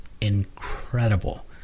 incredible